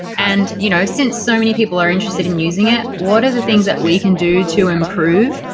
and you know since so many people are interested in using it, what are the things that we can do to improve?